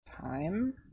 time